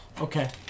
Okay